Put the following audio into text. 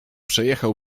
przejechał